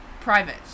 private